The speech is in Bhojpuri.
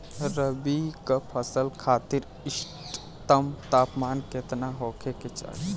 रबी क फसल खातिर इष्टतम तापमान केतना होखे के चाही?